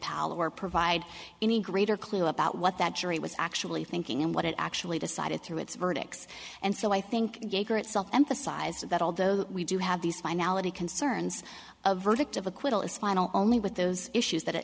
paolo or provide any greater clue about what that jury was actually thinking and what it actually decided through its verdicts and so i think gager itself emphasized that although we do have these finality concerns a verdict of acquittal is final only with those issues that it